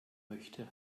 möchte